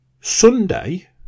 Sunday